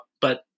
But-